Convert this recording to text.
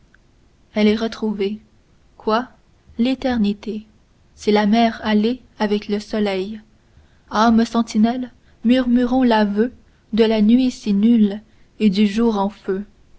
elle est retrouvée quoi l'éternité c'est la mer allée avec le soleil ame sentinelle murmurons l'aveu de la nuit si nulle et du jour en feu